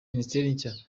minisiteri